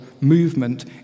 movement